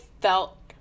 felt